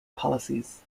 policies